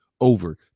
over